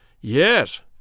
Yes